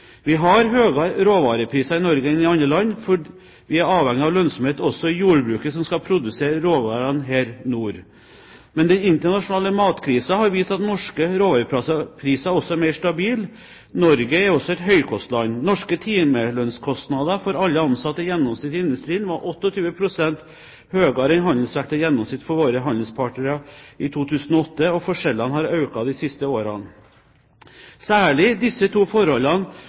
Vi har høyere råvarepriser i Norge enn i andre land, for vi er avhengige av lønnsomhet også i jordbruket som skal produsere råvarene her nord. Men den internasjonale matkrisen har vist at norske råvarepriser også er mer stabile. Norge er også et høykostland. Norske timelønnskostnader for alle ansatte i gjennomsnitt i industrien var 28 pst. høyere enn et handelsvektet gjennomsnitt for våre handelspartnere i 2008. Forskjellene har økt de siste årene. Særlig disse to forholdene